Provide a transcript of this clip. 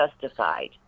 justified